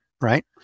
right